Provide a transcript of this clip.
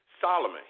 Solomon